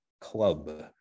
Club